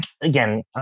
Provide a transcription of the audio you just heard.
Again